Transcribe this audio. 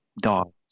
dogs